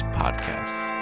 podcasts